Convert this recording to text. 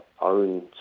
own